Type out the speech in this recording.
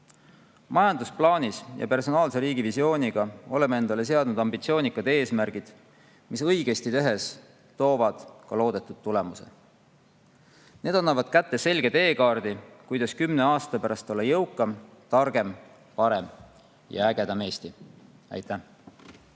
Majandusplaanis ja personaalse riigi visioonis oleme endale seadnud ambitsioonikad eesmärgid, mis õigesti tehtult toovad ka loodetud tulemuse ja annavad kätte selge teekaardi, kuidas kümne aasta pärast olla jõukam, targem, parem ja ägedam Eesti. Aitäh!